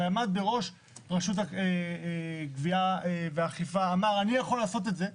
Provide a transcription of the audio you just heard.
שעמד בראש ראשות הגבייה והאכיפה אמר אני יכול לעשות את זה,